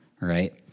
right